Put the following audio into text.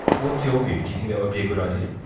what's your view, do you think that would be a good idea?